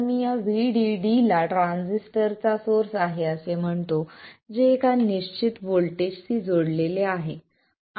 तर मी या VDD ला ट्रान्झिस्टर चा सोर्स आहे असे म्हणतो जे एका निश्चित व्होल्टेजशी जोडलेले आहे